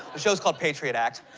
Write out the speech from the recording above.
show's called patriot act.